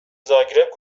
زاگرب